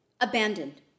abandoned